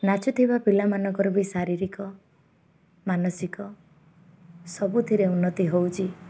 ନାଚୁଥିବା ପିଲାମାନଙ୍କର ବି ଶାରୀରିକ ମାନସିକ ସବୁଥିରେ ଉନ୍ନତି ହେଉଛି